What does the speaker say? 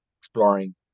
exploring